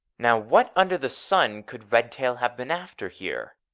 now what under the sun could redtail have been after here?